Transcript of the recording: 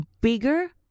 bigger